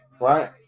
right